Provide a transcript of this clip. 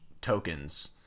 Tokens